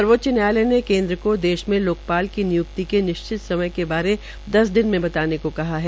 सर्वोच्च न्यायालय ने केन्द्र को देश में लोकपाल की निय्क्ति के निश्चित समय के बारे दस दिन में बताने को कहा है